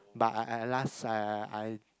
but I I last I I I I